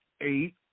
eight